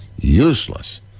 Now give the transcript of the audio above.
useless